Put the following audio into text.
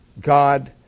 God